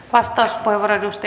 arvoisa puhemies